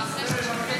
גם,